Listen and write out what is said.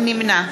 נמנע